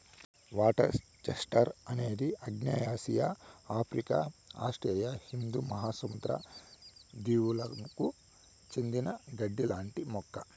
water chestnut అనేది ఆగ్నేయాసియా, Africa, Australia హిందూ మహాసముద్ర దీవులకు చెందిన గడ్డి లాంటి మొక్క